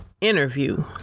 Interview